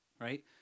right